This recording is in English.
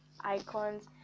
icons